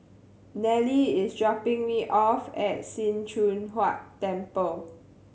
Nelly is dropping me off at Sim Choon Huat Temple